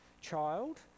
child